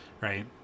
right